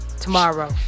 tomorrow